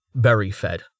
Berryfed